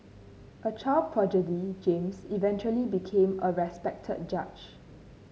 a child prodigy James eventually became a respected judge